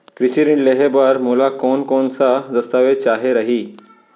कृषि ऋण लेहे बर मोला कोन कोन स दस्तावेज चाही रही?